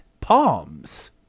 palms